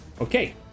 okay